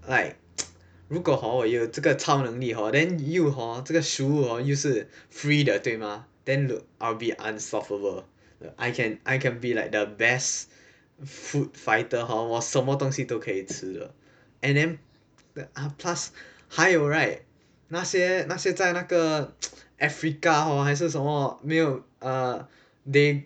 like 如果 hor 我有这个超能力 hor then 又 hor 这个食物 hor 又是 free 的对吗 then I'll be unstoppable I can I can be like the best food fighter hor 我什么东西都可以吃 and then plus 还有 right 那些那些在那个 africa hor 还是什么没有 ah they